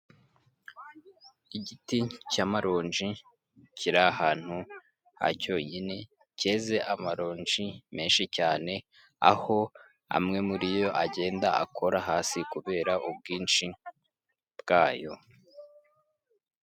Igiti cy'amaronji kiri ahantu ha cyonyine, cyeze amaronji menshi cyane, aho amwe muri yo agenda akora hasi kubera ubwinshi bwayo.